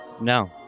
No